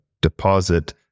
deposit